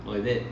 was it